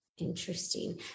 Interesting